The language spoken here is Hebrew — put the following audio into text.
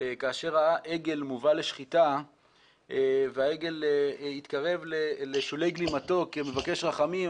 כאשר ראה עגל מובל לשחיטה והעגל התקרב לשולי גלימתו כמבקש רחמים,